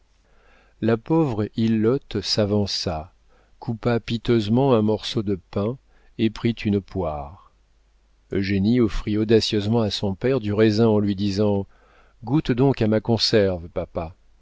la pauvre ilote s'avança coupa piteusement un morceau de pain et prit une poire eugénie offrit audacieusement à son père du raisin en lui disant goûte donc à ma conserve papa